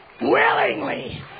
willingly